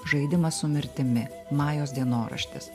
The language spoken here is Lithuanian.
žaidimas su mirtimi majos dienoraštis